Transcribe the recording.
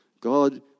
God